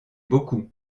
beaucoup